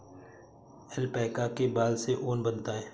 alpaca के बाल से ऊन बनता है